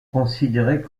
considérés